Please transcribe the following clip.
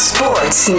Sports